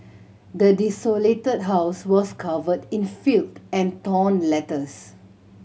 the desolated house was covered in filth and torn letters